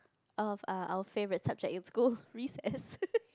of err our favorite subject in school recess